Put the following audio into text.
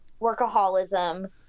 workaholism